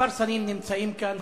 כמה שרים נמצאים כאן,